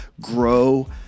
grow